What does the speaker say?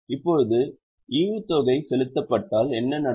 இப்போது ஈவுத்தொகை செலுத்தப்பட்டால் என்ன நடக்கும்